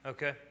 Okay